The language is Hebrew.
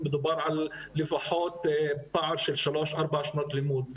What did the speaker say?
מדובר על פער של לפחות שלוש-ארבע שנות לימוד.